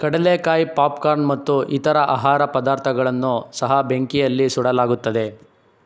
ಕಡಲೆಕಾಯಿ ಪಾಪ್ಕಾರ್ನ್ ಮತ್ತು ಇತರ ಆಹಾರ ಪದಾರ್ಥಗಳನ್ನು ಸಹ ಬೆಂಕಿಯಲ್ಲಿ ಸುಡಲಾಗುತ್ತದೆ